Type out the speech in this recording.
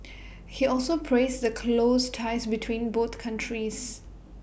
he also praised the close ties between both countries